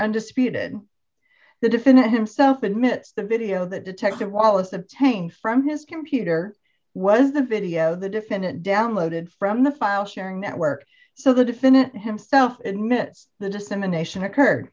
undisputed the definitive stuff admits the video that detective wallace obtained from his computer was the video the defendant downloaded from the file sharing network so the defendant himself admits the dissemination occurred